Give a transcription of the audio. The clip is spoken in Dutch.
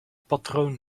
patroon